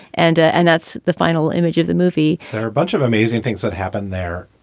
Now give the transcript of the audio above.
and. and that's the final image of the movie there are a bunch of amazing things that happen there.